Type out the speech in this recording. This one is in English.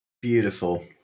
Beautiful